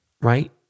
right